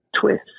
twist